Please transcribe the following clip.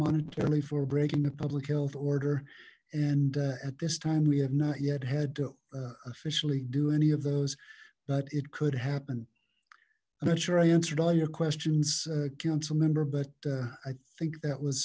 monetarily for breaking the public health order and at this time we have not yet had to officially do any of those but it could happen i'm not sure i answered all your questions councilmember but i think that was